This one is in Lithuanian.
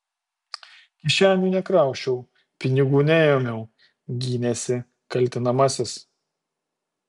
kišenių nekrausčiau pinigų neėmiau gynėsi kaltinamasis